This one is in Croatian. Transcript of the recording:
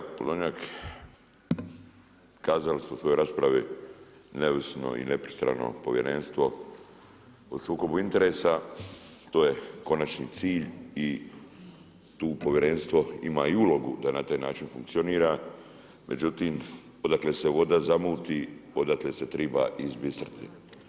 Kolega Podolnjak, kazali ste u svojoj raspravi, neovisno i nepristrano povjerenstvo o sukobu interesa, to je konačni cilj i tu povjerenstvo ima i ulogu da na taj način funkcionira, međutim, odakle se voda zamuti, odatle se treba izbistriti.